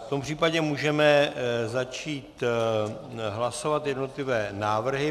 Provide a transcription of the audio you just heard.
V tom případě můžeme začít hlasovat jednotlivé návrhy.